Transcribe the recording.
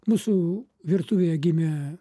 mūsų virtuvėje gimė